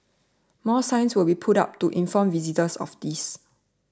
more signs will be put up to inform visitors of this